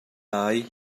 lai